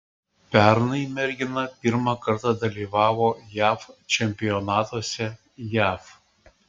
pernai mergina pirmą kartą dalyvavo jav čempionatuose jav